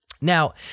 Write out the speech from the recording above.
Now